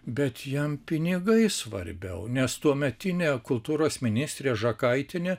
bet jam pinigai svarbiau nes tuometinė kultūros ministrė žakaitienė